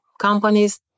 Companies